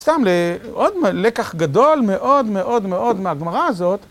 סתם לעוד לקח גדול מאוד מאוד מאוד מהגמרא הזאת.